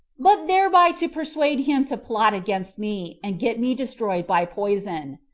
but thereby to persuade him to plot against me, and get me destroyed by poison.